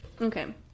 okay